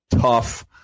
tough